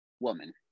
woman